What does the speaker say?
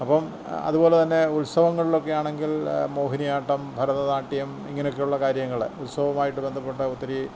അപ്പം അതുപോലെ തന്നെ ഉത്സവങ്ങളിലൊക്കെ ആണെങ്കിൽ മോഹിനിയാട്ടം ഭരതനാട്യം ഇങ്ങനെയൊക്കെയുള്ള കാര്യങ്ങൾ ഉത്സവമായിട്ടു ബന്ധപ്പെട്ട ഒത്തിരി